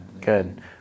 Good